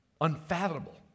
unfathomable